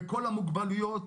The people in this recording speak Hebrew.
בכל המוגבלויות,